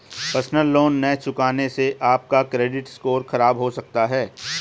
personal loan न चुकाने से आप का क्रेडिट स्कोर खराब हो सकता है